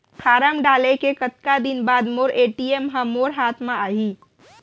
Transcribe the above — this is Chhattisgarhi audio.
फॉर्म डाले के कतका दिन बाद मोर ए.टी.एम ह मोर हाथ म आही?